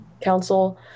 Council